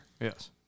Yes